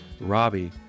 robbie